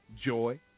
joy